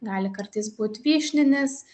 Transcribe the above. gali kartais būt vyšninis